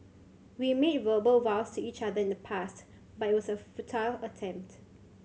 we made verbal vows to each other in the past but it was a futile attempt